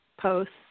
posts